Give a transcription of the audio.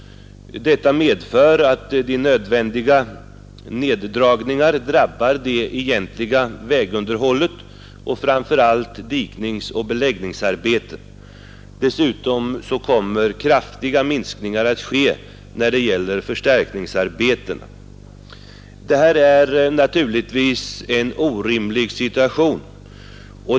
Detta medför att de nödvändiga neddragningarna drabbar det egentliga vägunderhållet, framför allt dikningsoch beläggningsarbeten. Dessutom kommer kraftiga minskningar att ske när det gäller förstärkningsarbeten. Detta är naturligtvis en orimlig situation.